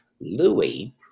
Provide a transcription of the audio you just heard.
Louis